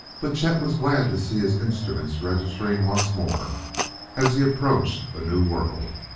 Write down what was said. but chet was glad to see his instruments registering once more as he approached a new world.